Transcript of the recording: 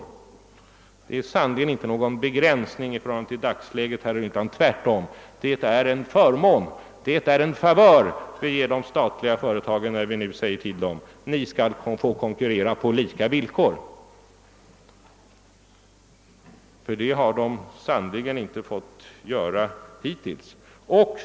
Det innebär sannerligen inte någon begränsning i förhållande till vad som gäller i dagsläget, herr Ohlin. Det är i stället en förmån, en favör, som vi därigenom ger de statliga företagen. Dessa har sannerligen hittills inte fått konkurrera på lika villkor.